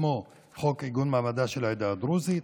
כמו חוק עיגון מעמדה של העדה הדרוזית,